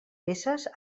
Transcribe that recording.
peces